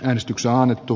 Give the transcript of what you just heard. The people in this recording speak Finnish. äänestykseannettu